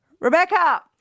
Rebecca